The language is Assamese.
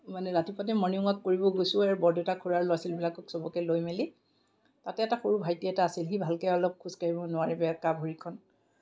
মানে ৰাতিপুৱাতে মৰ্ণিং ৱাক কৰিব গৈছোঁ বৰদেউতা খুৰাৰ ল'ৰা ছোৱালীবিলাকক চবকে লৈ মেলি তাতে এটা সৰু ভাইটি এটা আছিল সি ভালকৈ খোজ কাঢ়িব নোৱাৰে বেঁকা ভৰিখন